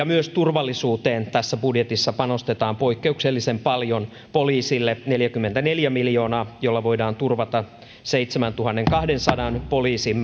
myös turvallisuuteen tässä budjetissa panostetaan poikkeuksellisen paljon poliisille neljäkymmentäneljä miljoonaa jolla voidaan turvata seitsemäntuhannenkahdensadan poliisin